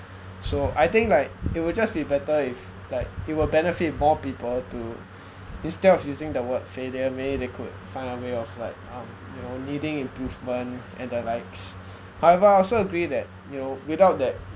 so I think like it will just be better if like it will benefit more people to to instead of using the word failure maybe they could find a way of like (um)you know needing improvement and the likes however I also agree that you know without that